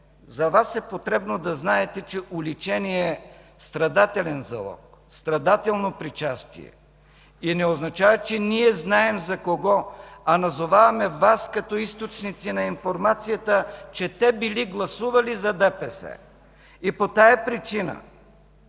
за Вас е потребно да знаете, че „уличени” е страдателно причастие и не означава, че ние знаем за кого, а назоваваме Вас като източници на информацията, че те били гласували за ДПС и по тази причина